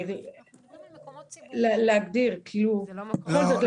בכל זאת,